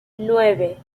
nueve